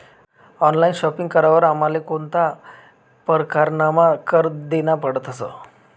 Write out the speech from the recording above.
Online shopping करावर आमले कोणता परकारना कर देना पडतस?